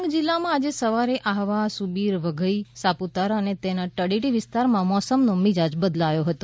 ડાંગ જિલ્લામાં આજે સવારે આહવા સુબીર વઘઇ સાપુતારા અને તેના તળેટી વિસ્તારમાં મોસમનો મિજાજ બદલાયો હતો